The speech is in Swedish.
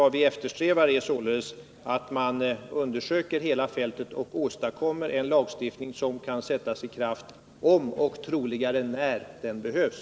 Vad vi eftersträvar är således att man skall undersöka hela fältet och åstadkomma en lagstiftning som kan sättas i kraft om och — vilket är troligare — när den behövs.